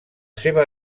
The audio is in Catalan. seva